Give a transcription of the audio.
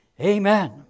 Amen